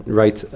right